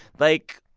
like,